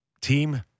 team